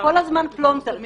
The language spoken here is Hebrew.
זה היה כל הזמן פלונטר כזה.